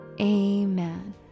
Amen